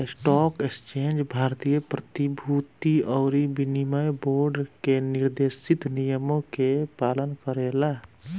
stock exchange भारतीय प्रतिभूति अउरी विनिमय बोर्ड के निर्देशित नियम के पालन करेला